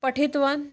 पठितवान्